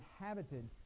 inhabited